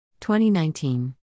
2019